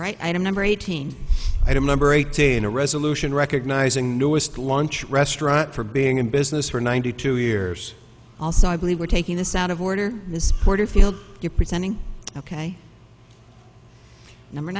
right item number eighteen item number eighteen a resolution recognizing newest launch restaurant for being in business for ninety two years also i believe we're taking this out of order this porterfield you're pretending ok number